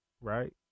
right